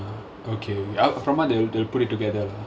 oh just a conversation ah okay we out from what they'll they'll put it together